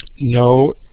No